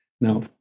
now